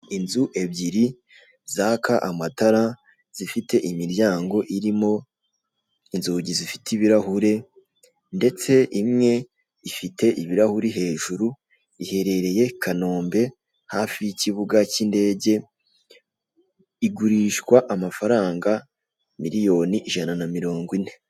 Inzu ebyiri zaka amatara zifite imiryango irimo inzugi zifite ibirahure ndetse imwe ifite ibirahure hejuru iherereye Kanombe hafi y'ikibuga k'indege, igurishwa amafaranga miliyoni ijana na mirongo ine.